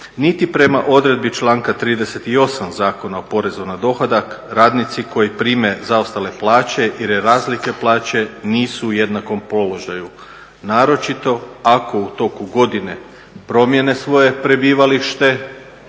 niti prema odredbi članka 38. Zakona o porezu na dohodak radnici koji prime zaostale plaće ili razlike plaće nisu u jednakom položaju, naročito ako u toku godine promijene svoje prebivalište,